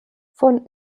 von